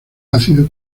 ácido